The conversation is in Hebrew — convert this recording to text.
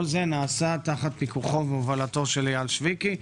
כל זה נעשה תחת פיקוחו והובלתו של אייל שויקי.